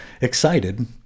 excited—